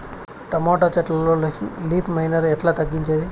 Tomato చెట్లల్లో leaf miner ఎట్లా తగ్గించేది?